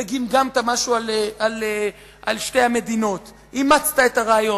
וגמגמת משהו על שתי המדינות, אימצת את הרעיון,